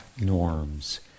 norms